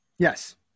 Yes